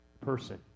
person